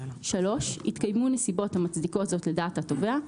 התקיימו נסיבות המצדיקות זאת לדעת תובע,